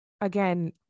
again